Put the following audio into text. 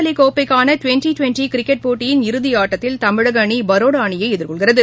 அலிகோப்பைக்கானடுவெண்டி டுவெண்டிகிரிக்கெட் போட்டியின் இறுதிஆட்டத்தில் முஸ்டாக் தமிழகஅணிடபரோடாஅணியைஎதிர்கொள்கிறது